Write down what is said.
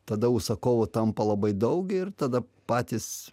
tada užsakovų tampa labai daug ir tada patys